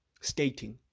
stating